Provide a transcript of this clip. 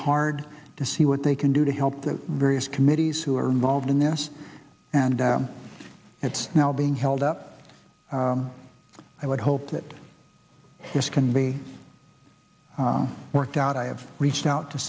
hard to see what they can do to help the various committees who are involved in this and it's now being held up i would hope that this can be worked out i have reached out to